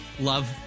love